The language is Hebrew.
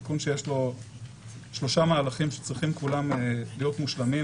תיקון שיש לו שלושה מהלכים שצריכים כולם להיות מושלמים,